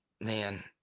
man